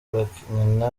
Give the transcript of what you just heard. bakinana